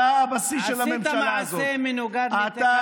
אתה הבסיס של הממשלה הזאת.